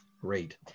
Great